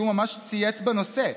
כי הוא ממש צייץ בנושא.